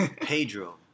Pedro